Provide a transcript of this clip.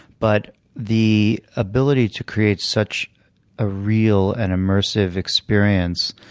but the ability to create such a real and immersive experience,